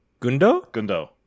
gundo